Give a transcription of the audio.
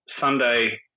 Sunday